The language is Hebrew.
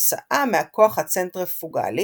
וכתוצאה מהכוח הצנטריפוגלי,